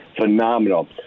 phenomenal